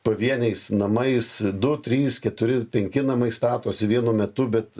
pavieniais namais du trys keturi penki namai statosi vienu metu bet